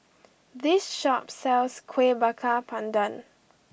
this shop sells Kueh Bakar Pandan